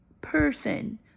person